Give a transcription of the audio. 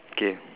K